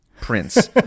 Prince